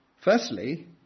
Firstly